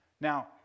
Now